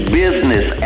business